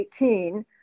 2018